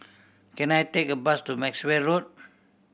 can I take a bus to Maxwell Road